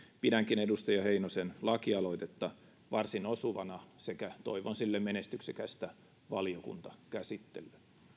pidänkin edustaja heinosen lakialoitetta varsin osuvana sekä toivon sille menestyksekästä valiokuntakäsittelyä